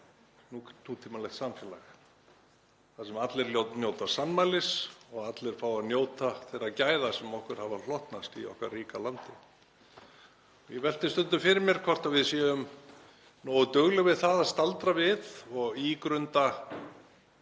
þar sem allir njóta sannmælis og allir fá að njóta þeirra gæða sem okkur hafa hlotnast í okkar ríka landi? Ég velti því stundum fyrir mér hvort við séum nógu dugleg við að staldra við og ígrunda